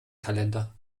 kalender